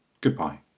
goodbye